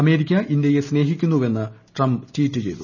America ഇന്ത്യയെ സ്നേഹിക്കുന്നവെന്ന് Trump tweet ചെയ്തു